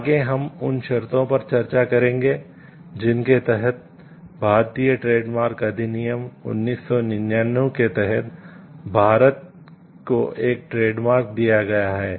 आगे हम उन शर्तों पर चर्चा करेंगे जिनके तहत भारतीय ट्रेडमार्क अधिनियम 1999 के तहत भारत को एक ट्रेडमार्क दिया गया है